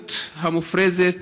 האלימות המופרזת